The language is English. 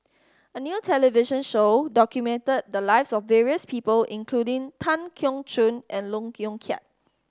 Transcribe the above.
a new television show documented the lives of various people including Tan Keong Choon and Lee Yong Kiat